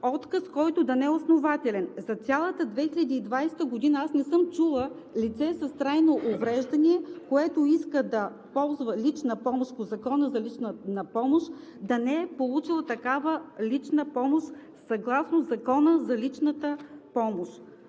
отказ, който да не е основателен. За цялата 2020 г. не съм чула лице с трайно увреждане, което иска да ползва лична помощ по Закона за лична помощ да не е получило такава лична помощ съгласно Закона за личната помощ.